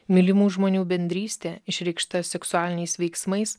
mylimų žmonių bendrystė išreikšta seksualiniais veiksmais